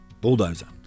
bulldozer